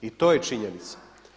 I to je činjenica.